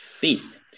beast